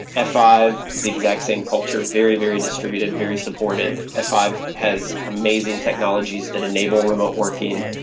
f five is the exact same culture. very, very distributed, very supportive. f five has amazing technologies that enable remote working,